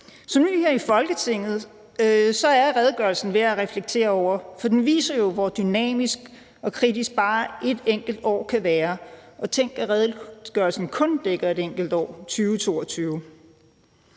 Som ny her i Folketinget er redegørelsen værd at reflektere over, for den viser jo, hvor dynamisk og kritisk bare et enkelt år kan være, og tænk, at redegørelsen kun dækker et enkelt år, 2022.